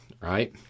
right